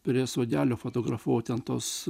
prie sodelio fotografavau ten tuos